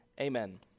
Amen